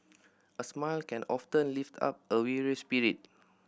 a smile can often lift up a weary spirit